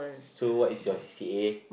so what is your C_C_A